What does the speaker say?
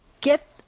get